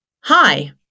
Hi